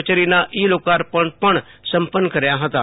કચેરીના ઈ લોકાર્પણ પણ સંપન્ન કર્યાં હતાં